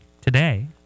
today